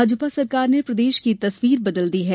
भाजपा सरकार ने प्रदेश की तस्वीर बदल दी है